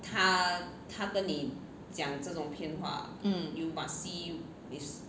mm